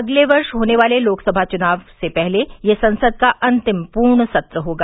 अगले वर्ष होने वाले लोकसभा चुनाव से पहले यह संसद का अंतिम पूर्ण सत्र होगा